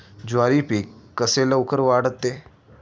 ज्वारी पीक कसे लवकर वाढते?